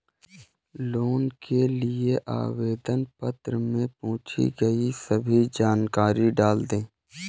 loan के लिए आवेदन पत्र में पूछी गई सभी जानकारी डाल देना